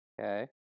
Okay